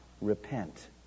repent